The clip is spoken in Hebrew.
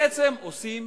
בעצם עושים